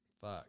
fuck